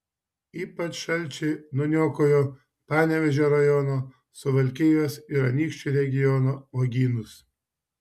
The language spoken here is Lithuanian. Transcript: ypač šalčiai nuniokojo panevėžio rajono suvalkijos ir anykščių regiono uogynus